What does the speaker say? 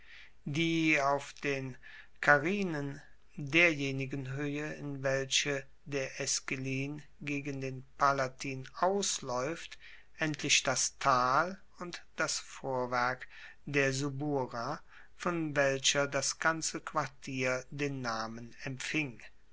die auf den carinen derjenigen hoehe in welche der esquilin gegen den palatin aus laeuft endlich das tal und das vorwerk der subura von welcher das ganze quartier den namen empfing